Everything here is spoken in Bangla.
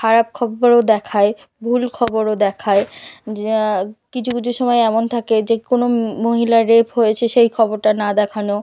খারাপ খবরও দেখায় ভুল খবরও দেখায় যা কিছু কিছু সময়ে এমন থাকে যে কোনো মহিলা রেপ হয়েছে সেই খবরটা না দেখানো